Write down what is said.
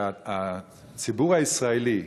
שהציבור הישראלי,